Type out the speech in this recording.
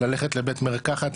ללכת לבית מרקחת,